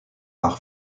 par